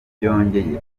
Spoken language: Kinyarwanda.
byongeye